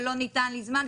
ולא ניתן לי זמן,